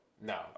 No